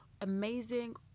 amazing